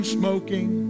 smoking